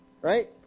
Right